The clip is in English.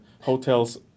hotels